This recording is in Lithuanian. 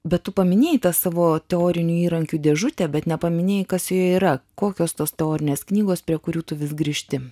bet tu paminėjai tą savo teorinių įrankių dėžutę bet nepaminėjai kas joje yra kokios tos teorinės knygos prie kurių tu vis grįžti